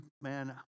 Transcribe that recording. man